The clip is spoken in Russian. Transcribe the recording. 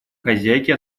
хозяйки